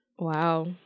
Wow